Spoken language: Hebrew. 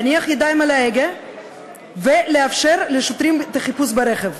להניח ידיים על ההגה ולאפשר לשוטרים את החיפוש ברכב.